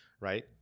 right